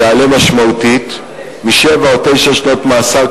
יעלה משמעותית משבע או תשע שנות מאסר,